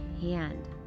hand